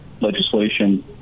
legislation